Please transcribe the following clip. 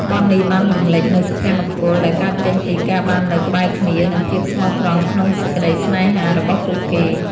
បទនេះបានរំលេចនូវសុភមង្គលដែលកើតចេញពី ការបាននៅក្បែរគ្នា និង ភាពស្មោះត្រង់ក្នុងសេចក្ដីស្នេហា របស់ពួកគេ។